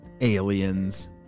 aliens